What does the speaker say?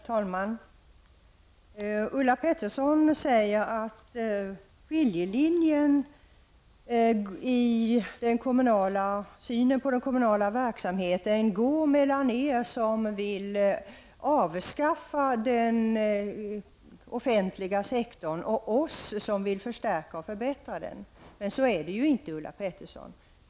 Herr talman! Ulla Pettersson säger att skiljelinjen i synen på den kommunala verksamheten går mellan oss som vill avskaffa den offentliga sektorn och er som vill förstärka och föbättra den. Men så är det inte.